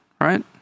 Right